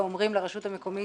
ואומרים לרשות המקומית